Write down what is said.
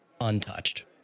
untouched